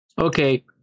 Okay